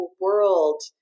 world